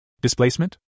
Displacement